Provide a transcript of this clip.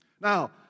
Now